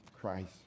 christ